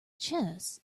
chess